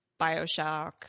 Bioshock